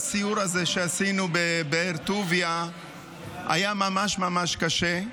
הסיור הזה שעשינו בבאר טוביה היה ממש ממש קשה.